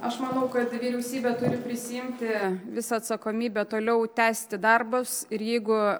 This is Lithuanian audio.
aš manau kad vyriausybė turi prisiimti visą atsakomybę toliau tęsti darbus ir jeigu